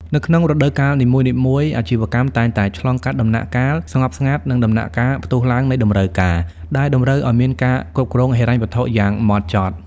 នៅក្នុងរដូវកាលនីមួយៗ អាជីវកម្មតែងតែឆ្លងកាត់ដំណាក់កាល "ស្ងប់ស្ងាត់" និងដំណាក់កាល "ផ្ទុះឡើងនៃតម្រូវការ" ដែលតម្រូវឱ្យមានការគ្រប់គ្រងហិរញ្ញវត្ថុយ៉ាងហ្មត់ចត់។